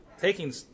taking